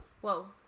Whoa